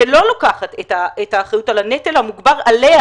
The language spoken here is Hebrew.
ולא לוקחת את האחריות על הנטל המוגבר עליה